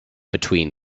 between